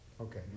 Okay